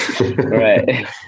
right